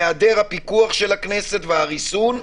מהיעדר הפיקוח של הכנסת והריסון.